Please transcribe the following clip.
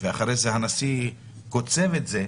ואחרי זה הנשיא קוצב את זה